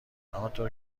همانطور